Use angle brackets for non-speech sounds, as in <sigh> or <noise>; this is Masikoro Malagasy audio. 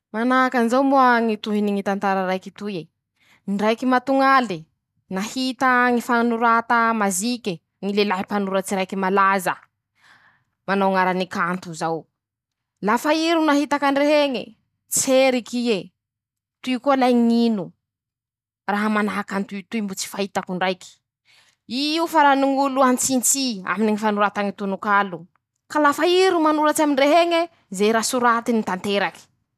Manahaky anizao moa ñy tohiny ñy tantara raiky toy e: -"Ndraiky matoñaly ,nahita ñy fanorata mazike ñy lelahy mpanoratsy raiky malaza ,manao añarane kanto zao ;lafa i ro nahitaky any rah'eñe <shushes> ,tseriky ie ,toy koa lahy ñ'ino raha manahaky any toy toy mbo tsy nihitako ndraiky,i io farany ñ'olo an-tsintsy aminy ñy fanorata ñy tononkalo, <shushes> ka lafa i ro manoratsy aminy rah'eñe ,ze raha soratiny tanteraky."